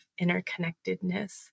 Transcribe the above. interconnectedness